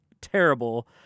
terrible